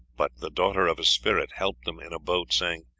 but the daughter of a spirit helped them in a boat, saying,